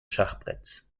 schachbretts